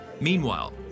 Meanwhile